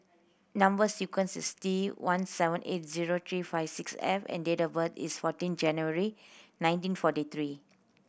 number sequence is T one seven eight zero three five six F and date of birth is fourteen January nineteen forty three